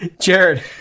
Jared